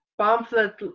pamphlet